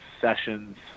sessions